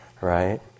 right